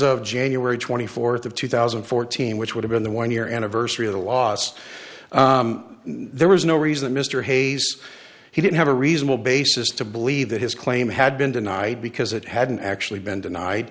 of january twenty fourth of two thousand and fourteen which would have been the one year anniversary of the last there was no reason mr hayes he didn't have a reasonable basis to believe that his claim had been denied because it hadn't actually been denied